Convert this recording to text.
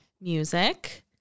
music